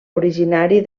originari